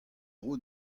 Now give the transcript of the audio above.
dro